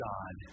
God